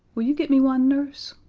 will you get me one, nurse?